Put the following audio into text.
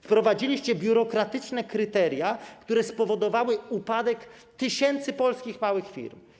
Wprowadziliście biurokratyczne kryteria, które spowodowały upadek tysięcy polskich małych firm.